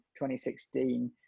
2016